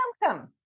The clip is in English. Welcome